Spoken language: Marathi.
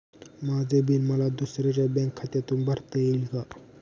माझे बिल मला दुसऱ्यांच्या बँक खात्यातून भरता येईल का?